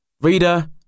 Reader